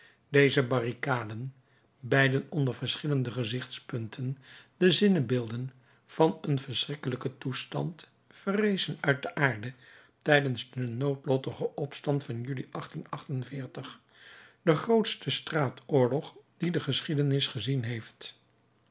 deze barricaden beide onder verschillende gezichtspunten de zinnebeelden van een vreeselijken toestand verrezen uit de aarde tijdens den noodlottigen opstand van juli de grootste straatoorlog dien de geschiedenis gezien heeft